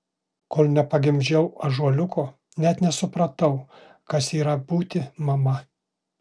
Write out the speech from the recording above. kol nepagimdžiau ąžuoliuko net nesupratau kas yra būti mama